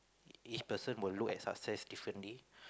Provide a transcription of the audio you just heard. each person will look at success differently